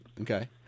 okay